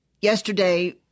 Yesterday